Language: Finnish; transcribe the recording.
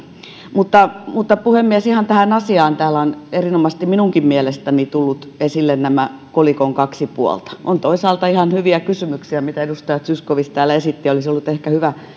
mutta mutta puhemies ihan tähän asiaan täällä ovat erinomaisesti minunkin mielestäni tulleet esille nämä kolikon kaksi puolta on toisaalta ihan hyviä kysymyksiä mitä edustaja zyskowicz täällä esitti ja olisi ollut ehkä hyvä